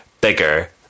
bigger